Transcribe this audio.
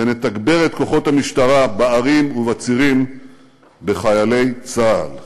ונתגבר את כוחות המשטרה בערים ובצירים בחיילי צה"ל.